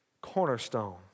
cornerstone